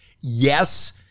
yes